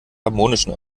harmonischen